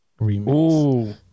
remix